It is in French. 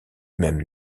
même